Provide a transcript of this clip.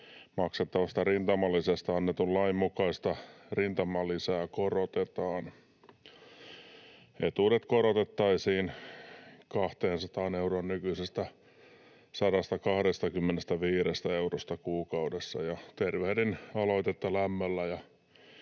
maksettavasta rintamalisästä annetun lain mukaista rintamalisää korotetaan. Etuudet korotettaisiin 200 euroon nykyisestä 125 eurosta kuukaudessa. Tervehdin aloitetta lämmöllä